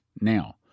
now